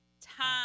time